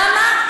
למה?